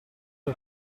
per